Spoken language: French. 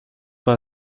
pas